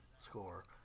score